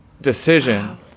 decision